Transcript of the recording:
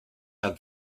have